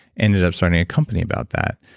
ended up starting a company about that,